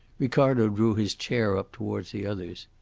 ricardo drew his chair up towards the others.